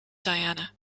diana